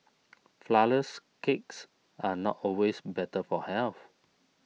Flourless Cakes are not always better for health